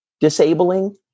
disabling